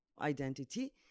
identity